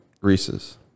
reese's